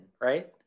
right